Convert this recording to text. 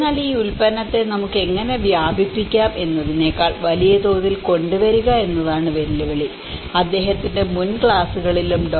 എന്നാൽ ഈ ഉൽപ്പന്നത്തെ നമുക്ക് എങ്ങനെ വ്യാപിപ്പിക്കാം എന്നതിനെക്കാൾ വലിയ തോതിൽ കൊണ്ടുവരിക എന്നതാണ് വെല്ലുവിളി അദ്ദേഹത്തിന്റെ മുൻ ക്ലാസുകളിലും ഡോ